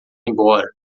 embora